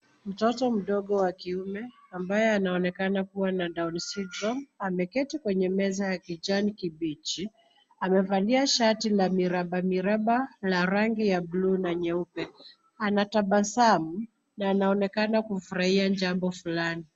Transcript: Mtoto mdogo wa kiume ambaye anaonekana kuwa na Down Syndrome ameketi kwenye meza ya kijani kibichi. Amevalia shati la miraba miraba ya rangi ya bluu na nyeupe. Anatabasamu na anaonekana kufurahia jambo fulani.